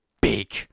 big